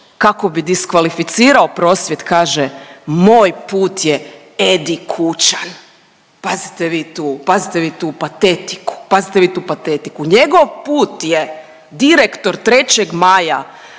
kako bi diskvalificirao prosvjed kaže, moj put je Edi Kučan, pazite vi tu, pazite vi tu patetiku, pazite vi tu patetiku, njegov put je direktor 3. Maja,